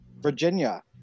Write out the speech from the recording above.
Virginia